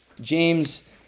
James